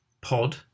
pod